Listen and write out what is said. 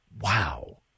Wow